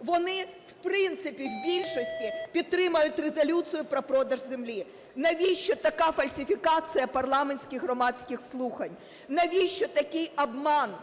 вони, в принципі, в більшості підтримають резолюцію про продаж землі. Навіщо така фальсифікації парламентських громадських слухань? Навіщо такий обман?